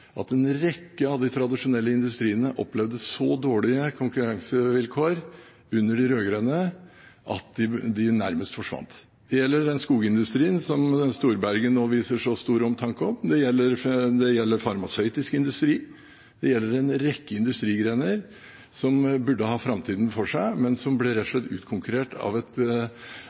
at en rekke av de tradisjonelle industriene opplevde så dårlige konkurransevilkår under de rød-grønne at de nærmest forsvant. Det gjelder den skogsindustrien som Storberget nå viser så stor omtanke for, det gjelder farmasøytisk industri, og det gjelder en rekke industrigrener som burde ha framtida foran seg, men som rett og slett ble